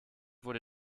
wurde